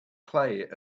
clay